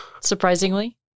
Surprisingly